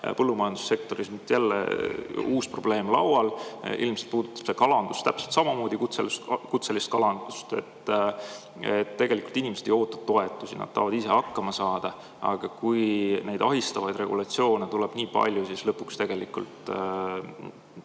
Põllumajandussektoris on jälle uus probleem laual. Ilmselt puudutab see kalandust täpselt samamoodi, kutselist kalandust. Tegelikult inimesed ei oota toetusi. Nad tahavad ise hakkama saada, aga kui neid ahistavaid regulatsioone tuleb nii palju, siis lõpuks see kajastubki